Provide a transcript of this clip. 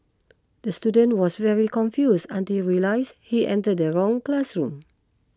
the student was very confuse until realise he entered the wrong classroom